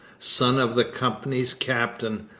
son of the company's captain,